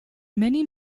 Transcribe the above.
many